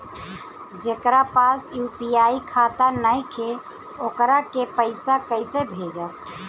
जेकरा पास यू.पी.आई खाता नाईखे वोकरा के पईसा कईसे भेजब?